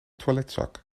toiletzak